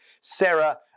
Sarah